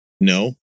No